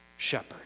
shepherd